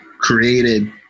created